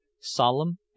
solemn